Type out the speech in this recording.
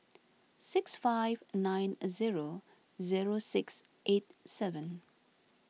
six five nine zero zero six eight seven